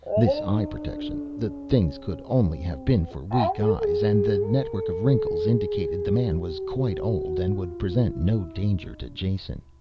this eye protection, the things could only have been for weak eyes, and the network of wrinkles indicated the man was quite old and would present no danger to jason.